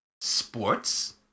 sports